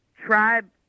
Tribe